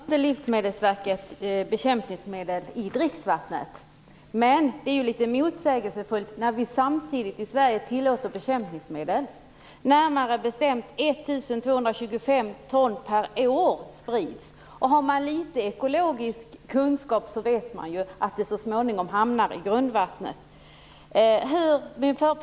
Herr talman! I Sverige tillåter inte Livsmedelsverket bekämpningsmedel i dricksvatten, men det är litet motsägelsefullt. Samtidigt tillåts ju i Sverige bekämpningsmedel. Närmare bestämt 1 225 ton sprids nämligen årligen. Har man någon ekologisk kunskap vet man att bekämpningsmedlen så småningom hamnar i grundvattnet.